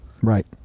Right